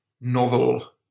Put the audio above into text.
novel